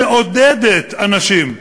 שמעודדת אנשים,